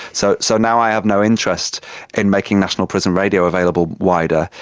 so so now i have no interest in making national prison radio available wider,